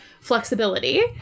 flexibility